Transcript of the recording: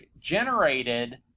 generated